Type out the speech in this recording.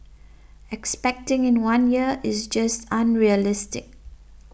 expecting in one year is just unrealistic